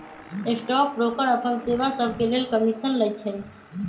stock broker अप्पन सेवा सभके लेल कमीशन लइछइ